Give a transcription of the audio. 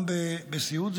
גם בסיעוד,